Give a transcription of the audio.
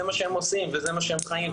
זה מה שהם עושים וזה מה שהם חיים,